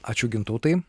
ačiū gintautai